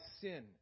sin